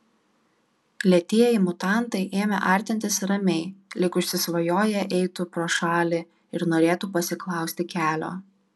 lėtieji mutantai ėmė artintis ramiai lyg užsisvajoję eitų pro šalį ir norėtų pasiklausti kelio